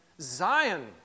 Zion